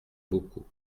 bocaux